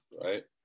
right